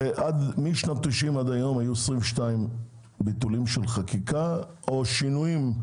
משנת 1990 ועד היום היו 22 ביטולי חקיקה או שינויים.